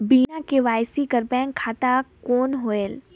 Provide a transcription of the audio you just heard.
बिना के.वाई.सी कर बैंक खाता कौन होएल?